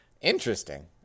Interesting